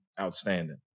outstanding